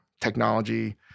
technology